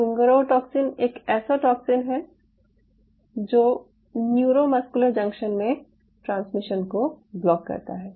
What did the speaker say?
bungarotoxin एक ऐसा toxin है जो न्यूरोमस्कुलर जंक्शन में ट्रांसमिशन को ब्लॉक करता है